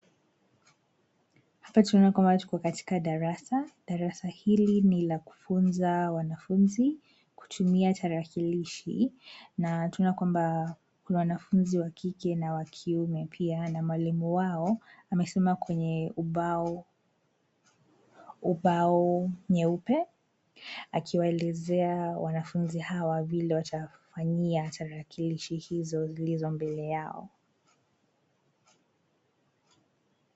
Hapa tunaona kwamba tuko katika darasa. Darasa hili ni la kufunza wanafunzi kutumia tarakilishi na tunaona kwamba kuna wanafunzi wa kike na wa kiume pia na mwalimu wao amesimama kwenye ubao nyeupe akiwaelezea wanafunzi hawa vile watafanyiwa tarakilishi hizo zilizo mbele yao.